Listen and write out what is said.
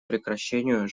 прекращению